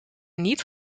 niet